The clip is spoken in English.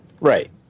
Right